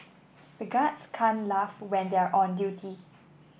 the guards can laugh when they are on duty